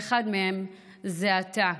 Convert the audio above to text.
ואחד מהם זה אתה.